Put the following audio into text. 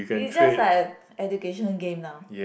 is just like a educational game now